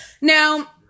Now